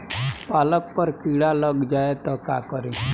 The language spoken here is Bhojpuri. पालक पर कीड़ा लग जाए त का करी?